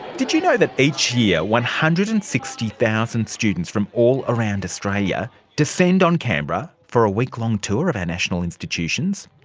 did you know that each year one hundred and sixty thousand students from all around australia descend on canberra for a week-long tour of our national institutions?